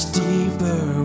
deeper